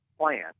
plan